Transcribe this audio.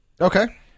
Okay